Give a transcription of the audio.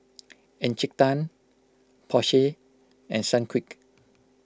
Encik Tan Porsche and Sunquick